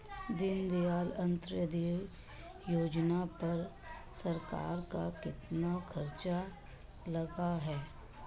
दीनदयाल अंत्योदय योजना पर सरकार का कितना खर्चा लगा है?